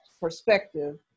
perspective